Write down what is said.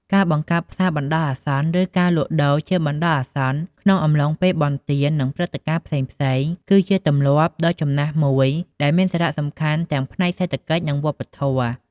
ការបង្កើតផ្សារបណ្ដោះអាសន្ន ឬការលក់ដូរជាបណ្ដោះអាសន្ន ក្នុងអំឡុងពេលបុណ្យទាន និងព្រឹត្តិការណ៍ផ្សេងៗ គឺជាទម្លាប់ដ៏ចំណាស់មួយ ដែលមានសារៈសំខាន់ទាំងផ្នែកសេដ្ឋកិច្ច និងវប្បធម៌។